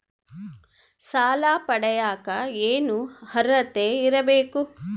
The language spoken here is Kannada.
ಸಾಲ ಪಡಿಯಕ ಏನು ಅರ್ಹತೆ ಇರಬೇಕು?